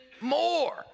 more